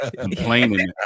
complaining